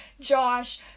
Josh